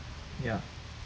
ya